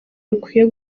rukwiye